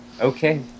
Okay